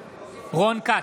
הרצנו,